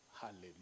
Hallelujah